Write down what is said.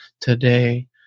today